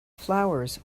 flowers